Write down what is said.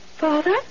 Father